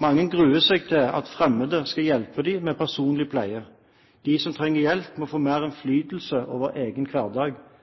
Mange gruer seg til at fremmede skal hjelpe dem med personlig pleie. De som trenger hjelp, må få mer innflytelse over egen hverdag.